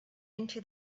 into